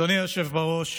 אדוני היושב בראש,